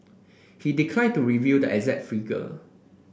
he declined to reveal the exact figure